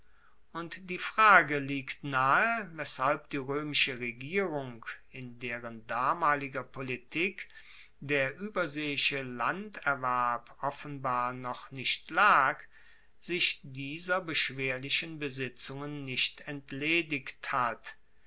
und die frage liegt nahe weshalb die roemische regierung in deren damaliger politik der ueberseeische laendererwerb offenbar noch nicht lag sich dieser beschwerlichen besitzungen nicht entledigt hat